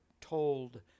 told